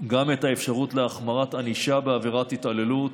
האפשרות להחמרת ענישה בעבירת התעללות,